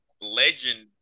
legend